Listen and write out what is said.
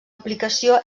aplicació